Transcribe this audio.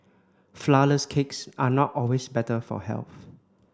flour less cakes are not always better for health